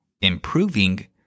improving